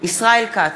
ישראל כץ,